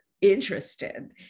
interested